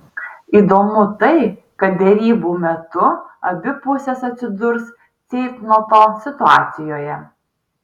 įdomu tai kad derybų metu abi pusės atsidurs ceitnoto situacijoje